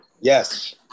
Yes